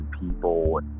people